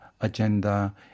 agenda